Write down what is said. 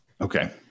Okay